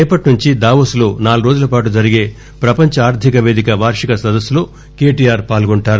రేపటి నుంచి దావోస్లో నాలుగు రోజులపాటు జరిగే పపంచ ఆర్థిక వేదిక వార్విక సదస్నులో కేటీఆర్ పాల్గొంటారు